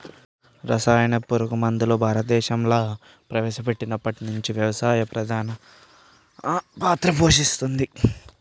రసాయన పురుగు మందులు భారతదేశంలా ప్రవేశపెట్టినప్పటి నుంచి వ్యవసాయంలో ప్రధాన పాత్ర పోషించినయ్